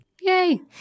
yay